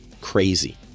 Crazy